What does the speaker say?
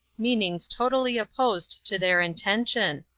meanings totally opposed to their intention,